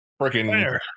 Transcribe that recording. freaking